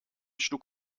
schlug